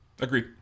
agreed